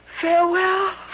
Farewell